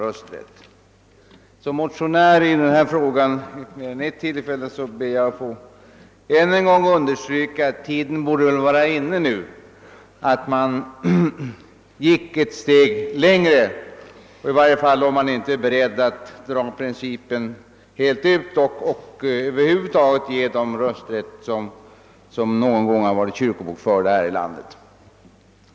Som motionär i denna fråga vid mer än ett tillfälle ber jag att få understryka att tiden nu borde vara inne att åtminstone gå ett steg längre, om man inte är beredd att ge alla dem rösträtt som någon gång varit kyrkobokförda här i landet.